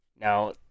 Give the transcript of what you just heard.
Now